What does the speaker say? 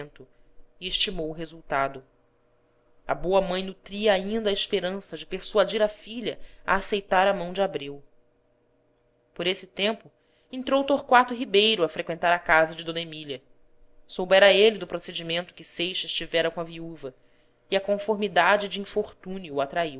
e estimou o resultado a boa mãe nutria ainda a esperança de persuadir a filha a aceitar a mão de abreu por esse tempo entrou torquato ribeiro a freqüentar a casa de d emília soubera ele do procedimento que seixas tivera com a viúva e a conformidade de infortúnio o atraiu